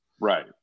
Right